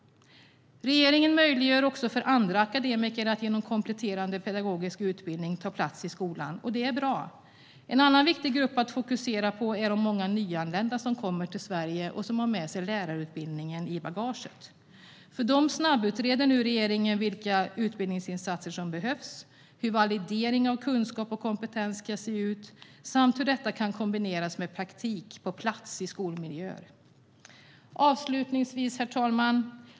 Regeringen gör det också möjligt för andra akademiker att inom kompletterande pedagogisk utbildning ta plats i skolan. Det är bra. En annan viktig grupp att fokusera på är de många nyanlända som kommer till Sverige och som har med sig lärarutbildningen i bagaget. För dem snabbutreder nu regeringen vilka utbildningsinsatser som behövs, hur validering av kunskap och kompetens ska se ut samt hur detta kan kombineras med praktik på plats i skolmiljöer. Herr talman!